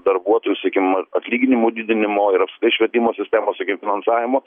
darbuotojų sakykim atlyginimų didinimo ir švietimo sistemos finansavimo